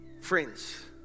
friends